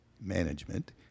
management